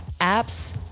apps